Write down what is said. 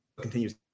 continues